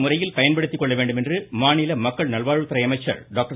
முறையில் பயன்படுத்திக்கொள்ள வேண்டும் என மாநில மக்கள் நல்வாழ்வுத்துறை அமைச்சர் டாக்டர்